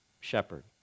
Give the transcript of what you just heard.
Shepherd